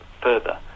further